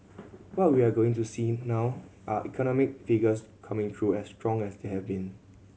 what we're going to see now are economic figures coming through as strong as they have been